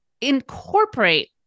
incorporate